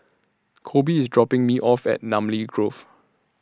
Coby IS dropping Me off At Namly Grove